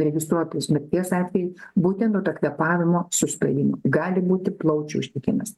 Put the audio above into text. registruotas mirties atvejis būtent nuo to kvėpavimo sustojimo gali būti plaučių uždegimas